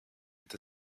with